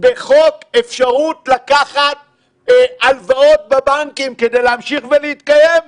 בחוק אפשרות לקחת הלוואות בבנקים כדי להמשיך ולהתקיים,